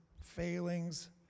failings